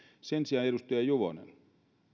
sen sijaan edustaja juvonen